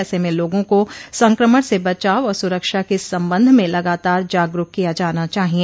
ऐसे में लोगों को संक्रमण से बचाव और सुरक्षा के संबंध में लगातार जागरूक किया जाना चाहिए